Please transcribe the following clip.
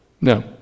No